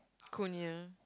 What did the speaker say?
cornea